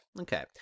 Okay